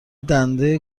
دنده